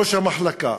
ראש המחלקה,